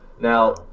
Now